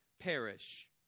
perish